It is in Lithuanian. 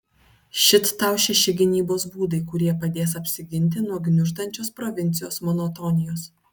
šit tau šeši gynybos būdai kurie padės apsiginti nuo gniuždančios provincijos monotonijos